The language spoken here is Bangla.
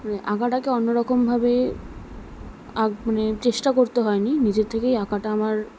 মানে আঁকাটাকে অন্যরকম ভাবে আঁক মানে চেষ্টা করতে হয়নি নিজের থেকেই আঁকাটা আমার